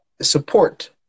support